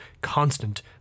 constant